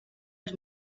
els